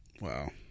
Wow